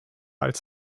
als